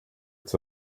its